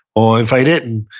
or if i didn't,